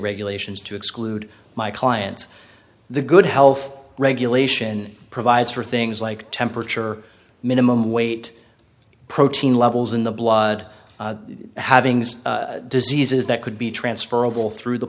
regulations to exclude my clients the good health regulation provides for things like temperature minimum weight protein levels in the blood having diseases that could be transferable through the